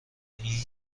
این